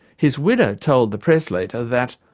his widow told the press later that,